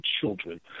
children